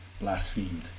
blasphemed